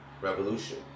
revolution